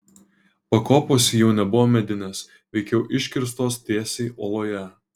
pakopos jau nebuvo medinės veikiau iškirstos tiesiai uoloje